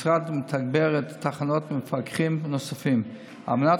המשרד מתגבר את התחנות במפקחים נוספים על מנת